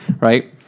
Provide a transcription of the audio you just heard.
right